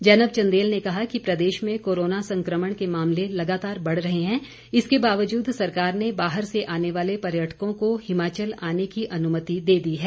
जैनब चंदेल ने कहा कि प्रदेश में कोरोना संक्रमण के मामले लगातार बढ़ रहे हैं इसके बावजूद सरकार ने बाहर से आने वाले पर्यटकों को हिमाचल आने की अनुमति दे दी है